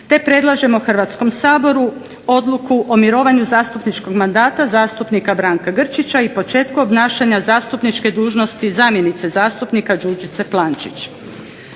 te predlažemo Hrvatskom saboru da donese Odluku o mirovanju zastupničkog mandata zastupnika Branka Grčića i počeku obnašanja zastupničke dužnosti zamjenice zastupnika Đurđice Plančić.